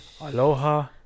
Aloha